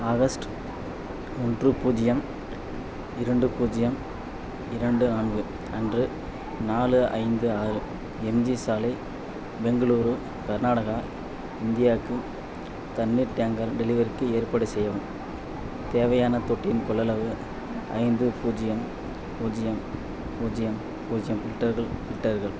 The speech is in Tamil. ஆகஸ்ட் ஒன்று பூஜ்ஜியம் இரண்டு பூஜ்ஜியம் இரண்டு நான்கு அன்று நாலு ஐந்து ஆறு எம் ஜி சாலை பெங்களூரு கர்நாடகா இந்தியாவுக்கு தண்ணீர் டேங்கர் டெலிவரிக்கு ஏற்பாடு செய்யவும் தேவையான தொட்டியின் கொள்ளளவு ஐந்த பூஜ்ஜியம் பூஜ்ஜியம் பூஜ்ஜியம் பூஜ்ஜியம் லிட்டர்கள் லிட்டர்கள்